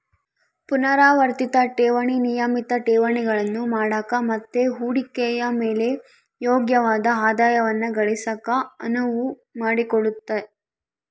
ಪುನರಾವರ್ತಿತ ಠೇವಣಿ ನಿಯಮಿತ ಠೇವಣಿಗಳನ್ನು ಮಾಡಕ ಮತ್ತೆ ಹೂಡಿಕೆಯ ಮೇಲೆ ಯೋಗ್ಯವಾದ ಆದಾಯವನ್ನ ಗಳಿಸಕ ಅನುವು ಮಾಡಿಕೊಡುತ್ತೆ